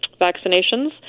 vaccinations